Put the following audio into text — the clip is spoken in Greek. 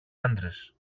άντρες